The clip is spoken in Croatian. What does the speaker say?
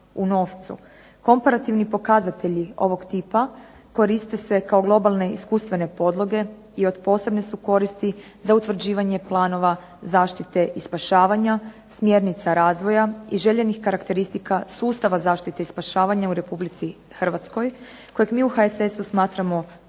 Komparativni pokazatelji ovog tipa koriste se kao globalne iskustvene podloge i od posebne su koristi za utvrđivanje planova zaštite i spašavanja, smjernica razvoja i željenih karakteristika sustava zaštite i spašavanja u Republici Hrvatskoj kojeg mi u HSS-u smatramo dobro